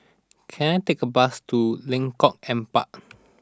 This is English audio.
can I take a bus to Lengkong Empat